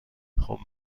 خوب